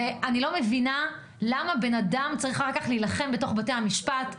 ואני לא מבינה למה בן אדם צריך להילחם בבתי המשפט,